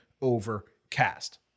Overcast